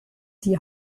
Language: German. die